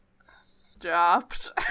stopped